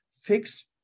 fixed